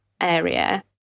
area